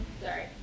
Sorry